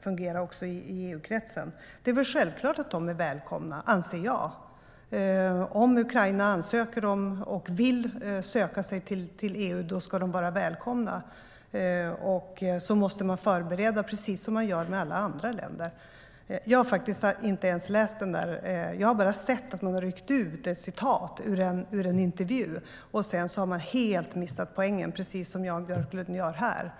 fungera också i EU-kretsen.Jag har faktiskt inte ens läst artikeln. Jag har bara sett att man har ryckt ur ett citat ur en intervju, och sedan har man helt missat poängen - precis som Jan Björklund gör här.